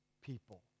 people